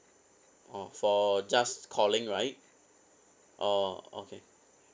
oh for just calling right oh okay